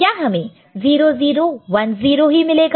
क्या हमें 0 0 1 0 ही मिलेगा